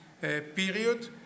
period